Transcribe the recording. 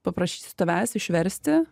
paprašysiu tavęs išversti